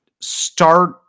start